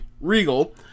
Regal